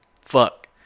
fuck